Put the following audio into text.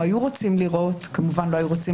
או אולי היו רוצים לראות כמובן לא היו רוצים